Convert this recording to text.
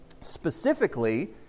Specifically